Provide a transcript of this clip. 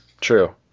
True